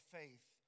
faith